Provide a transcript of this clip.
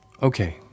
Okay